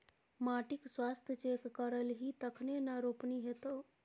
माटिक स्वास्थ्य चेक करेलही तखने न रोपनी हेतौ